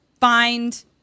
find